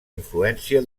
influència